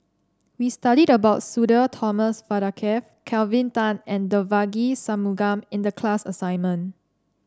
we studied about Sudhir Thomas Vadaketh Kelvin Tan and Devagi Sanmugam in the class assignment